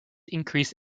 increase